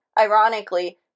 Ironically